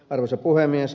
arvoisa puhemies